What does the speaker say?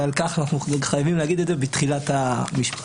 אנחנו חייבים להגיד את זה בתחילת המשפט,